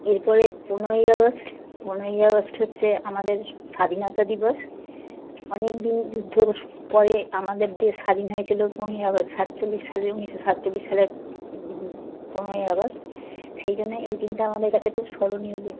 এরপরে পনেরোই আগস্ট পনেরোই আগস্ট হচ্ছে আমাদের স্বাধীনতা দিবস অনেক দিন যুদ্ধর পরে আমাদের দেশ স্বাধীন হয়েছিলো পনেরোই আগস্ট সাতচল্লিশ সালের উনিশশো সাতচল্লিশ সালের পনেরোই আগস্ট সেই জন্য এই দিনটা আমাদের কাছে খুব স্মরণীয় দিন